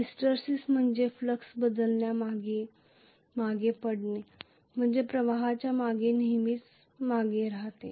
hysteresis म्हणजे flux बदलामागे मागे पडणे म्हणजे प्रवाहाच्या मागे नेहमीच मागे राहते